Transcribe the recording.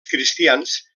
cristians